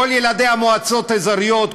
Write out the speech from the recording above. כל ילדי המועצות האזוריות,